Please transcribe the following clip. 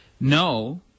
no